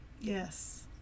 Yes